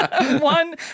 One